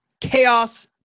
chaos